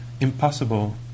impossible